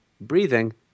breathing